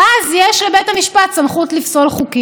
אז יש לבית המשפט סמכות לפסול חוקים.